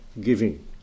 giving